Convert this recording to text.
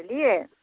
बुझलियै